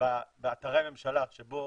באתרי הממשלה שבו